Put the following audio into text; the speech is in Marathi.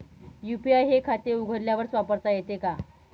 यू.पी.आय हे खाते उघडल्यावरच वापरता येते का?